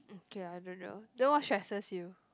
okay I don't know then what stresses you